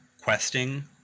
questing